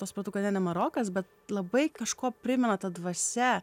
pio to suoratau kad ten ne marokas bet labai kažkuo primena ta dvasia